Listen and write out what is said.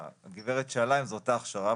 הגברת שאלה אם זו אותה הכשרה,